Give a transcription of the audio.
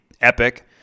epic